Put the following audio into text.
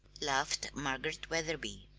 laughed margaret wetherby.